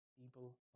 people